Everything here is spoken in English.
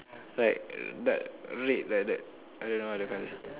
like but red like that I don't know what the colour